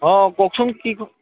অঁ কওকচোন কি কথা